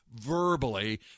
verbally